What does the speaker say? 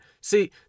see